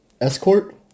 escort